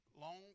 long